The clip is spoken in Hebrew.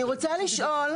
אני רוצה לשאול,